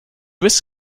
risk